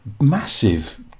massive